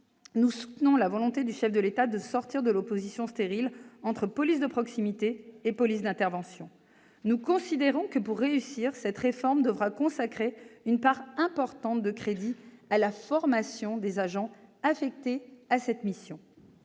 nous soutenons la volonté du chef de l'État de sortir de l'opposition stérile entre police de proximité et police d'intervention. Nous considérons que, pour réussir, cette réforme devra consacrer une part importante des crédits à la formation des agents affectés à cette mission,